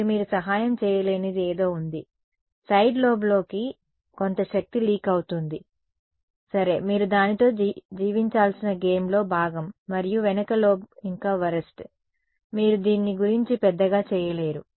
మరియు మీరు సహాయం చేయలేనిది ఏదో ఉంది సైడ్ లోబ్లలోకి కొంత శక్తి లీక్ అవుతుంది సరే మీరు దానితో జీవించాల్సిన గేమ్లో భాగం మరియు వెనుక లోబ్ ఇంకా వరస్ట్ మీరు దీని గురించి పెద్దగా చేయలేరు